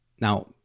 Now